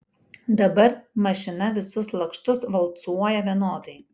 dabar mašina visus lakštus valcuoja vienodai